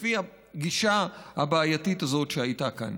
לפי הגישה הבעייתית הזאת שהייתה כאן.